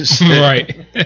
right